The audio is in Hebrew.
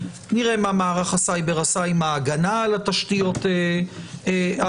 נראה מה מערך הסייבר עשה עם ההגנה על התשתיות האלה.